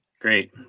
Great